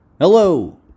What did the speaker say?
Hello